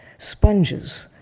sponges,